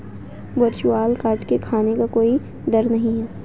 virtual card के खोने का कोई दर नहीं है